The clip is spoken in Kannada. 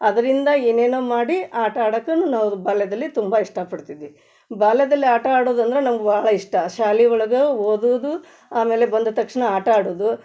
ಅದರಿಂದ ಏನೇನೋ ಮಾಡಿ ಆಟ ಆಡಕ್ಕೂನೂ ನಾವು ಬಾಲ್ಯದಲ್ಲಿ ತುಂಬ ಇಷ್ಟಪಡ್ತಿದ್ವಿ ಬಾಲ್ಯದಲ್ಲಿ ಆಟ ಆಡೋದಂದ್ರೆ ನಮ್ಗೆ ಭಾಳ ಇಷ್ಟ ಶಾಲೆ ಒಳ್ಗೆ ಓದುದು ಆಮೇಲೆ ಬಂದ ತಕ್ಷಣ ಆಟ ಆಡೋದು